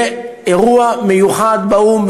ביום 27 בינואר יהיה אירוע מיוחד באו"ם,